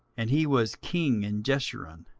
and he was king in jeshurun,